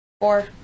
Four